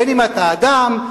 בין שאתה אדם,